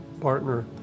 partner